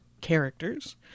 characters